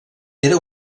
era